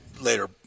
later